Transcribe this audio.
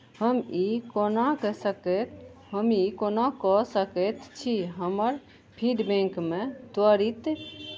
हम ई कोना कऽ सकैत हम ई कोना कऽ सकैत छी हमर फीडबैकमे त्वरित